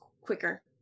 quicker